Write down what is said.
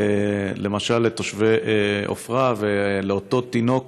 למשל, של תושבי עפרה ושל אותו תינוק